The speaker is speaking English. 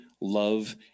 love